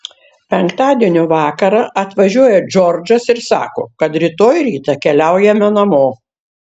penktadienio vakarą atvažiuoja džordžas ir sako kad rytoj rytą keliaujame namo